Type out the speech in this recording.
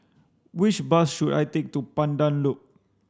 which bus should I take to Pandan Loop